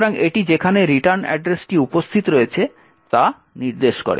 সুতরাং এটি যেখানে রিটার্ন অ্যাড্রেসটি উপস্থিত রয়েছে তা নির্দেশ করে